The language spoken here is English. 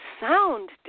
sound